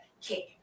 kick